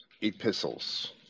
epistles